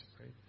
right